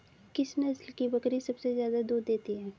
किस नस्ल की बकरी सबसे ज्यादा दूध देती है?